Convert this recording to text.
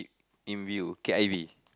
in view cat A_V